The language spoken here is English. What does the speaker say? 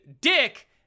dick